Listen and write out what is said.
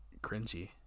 cringy